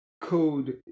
code